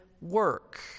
work